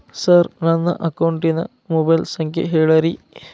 sir ನನ್ನ ಅಕೌಂಟಿನ mobile ಸಂಖ್ಯೆ ಹೇಳಿರಿ